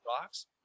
box